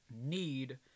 need